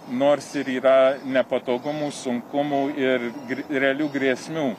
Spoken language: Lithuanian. nors ir yra nepatogumų sunkumų ir realių grėsmių